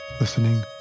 listening